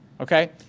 okay